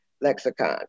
lexicon